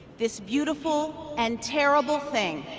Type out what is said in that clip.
this beautiful and terrible thing,